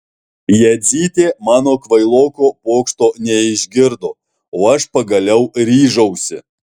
jadzytė mano kvailoko pokšto neišgirdo o aš pagaliau ryžausi